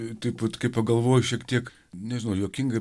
taip vat kai pagalvoju šiek tiek nežinau juokinga